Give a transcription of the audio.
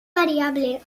variable